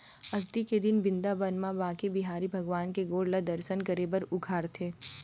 अक्ती के दिन बिंदाबन म बाके बिहारी भगवान के गोड़ ल दरसन करे बर उघारथे